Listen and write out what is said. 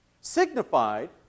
signified